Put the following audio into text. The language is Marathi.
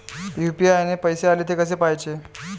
यू.पी.आय न पैसे आले, थे कसे पाहाचे?